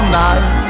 night